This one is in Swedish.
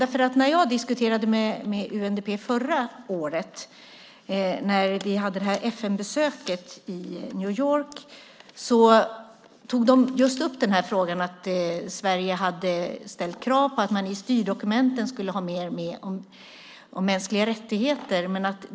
När jag diskuterade med UNDP förra året, vid FN-besöket i New York, tog de just upp frågan att Sverige hade ställt krav på att man i styrdokumenten skulle ha med mer om mänskliga rättigheter.